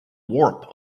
warp